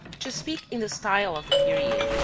to speak in the style of the period,